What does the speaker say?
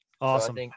Awesome